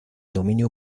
dominio